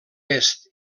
est